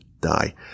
die